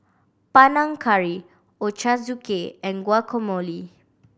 Panang Curry Ochazuke and Guacamole